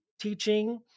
teaching